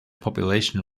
population